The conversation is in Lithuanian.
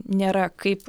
nėra kaip